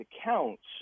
accounts